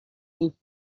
این